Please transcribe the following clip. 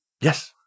Yes